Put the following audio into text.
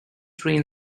train